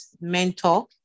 mentor